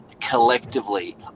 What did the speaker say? collectively